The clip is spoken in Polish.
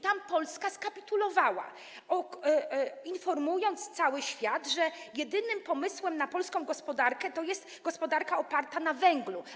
Tam Polska skapitulowała, informując cały świat, że jedynym pomysłem na polską gospodarkę jest gospodarka oparta na węglu.